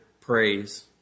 praise